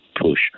push